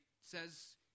says